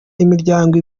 imiryango